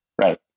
Right